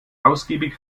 ausgiebig